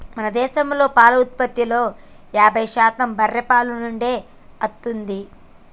మన దేశంలో పాల ఉత్పత్తిలో యాభై శాతం బర్రే పాల నుండే అత్తుంది